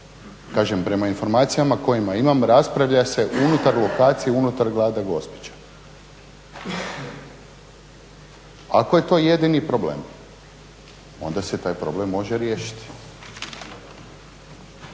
kažem, prema informacijama koje imam raspravlja se unutar lokacije unutar grada Gospića. Ako je to jedini problem, onda se taj problem mora riješiti.